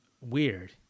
weird